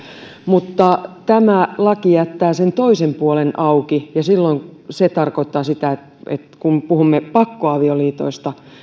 mutta tämä laki jättää sen toisen puolen auki ja silloin se tarkoittaa sitä että kun puhumme pakkoavioliitoista